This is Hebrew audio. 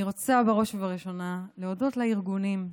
אני רוצה בראש ובראשונה להודות לארגונים,